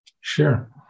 Sure